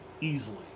easily